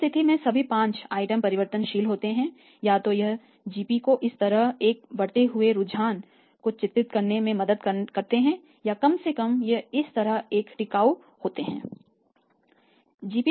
उस स्थिति में सभी 5 आइटम परिवर्तनशील होते हैं या तो यह जीपी को इस तरह एक बढ़ते हुए रुझान को चित्रित करने में मदद करना चाहिए या कम से कम यह इस तरह एक टिकाऊ होना चाहिए